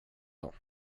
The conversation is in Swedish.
dag